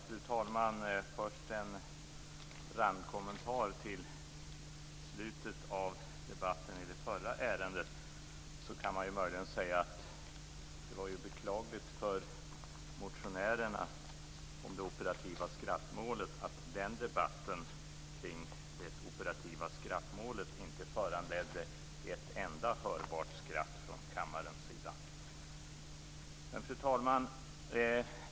Fru talman! Först en randkommentar till slutet av debatten i det förra ärendet. Man kan möjligen säga att det var beklagligt för dem som motionerat om det operativa skrattmålet att debatten om detta mål inte föranledde ett enda hörbart skratt från kammarens sida. Fru talman!